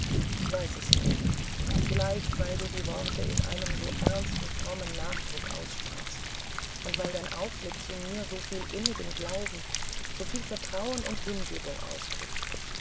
ich weiß es nicht vielleicht weil du die worte mit einem so ernsten frommen nachdruck aussprachst und weil dein aufblick zu mir so viel innigen glauben so viel vertrauen und hingebung ausdrückte